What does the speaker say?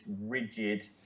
rigid